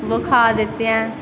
बखा देते हैं